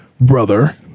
brother